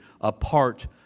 apart